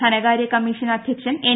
ധനകാര്യ കമ്മീഷൻ അധ്യക്ഷൻ എൻ